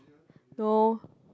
no